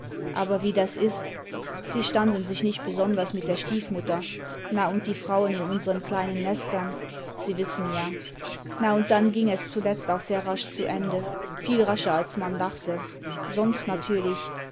aber wie das ist sie standen sich nicht besonders mit der stiefmutter na und die frauen in unseren kleinen nestern sie wissen ja na und dann ging es zuletzt auch sehr rasch zu ende viel rascher als man dachte sonst natürlich